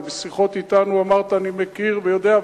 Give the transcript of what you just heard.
ובשיחות אתנו אמרת: אני מכיר ויודע,